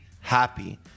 happy